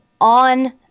on